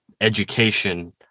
education